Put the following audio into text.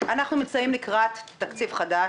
אנחנו נמצאים לקראת תקציב חדש,